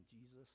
Jesus